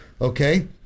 Okay